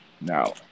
Now